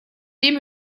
dem